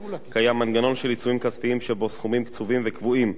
קיים מנגנון של עיצומים כספיים שבו סכומים קצובים וקבועים.